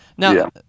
Now